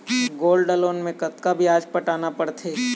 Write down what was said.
Gold loan मे कतका ब्याज पटाना पड़थे?